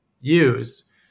use